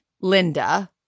Linda